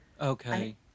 Okay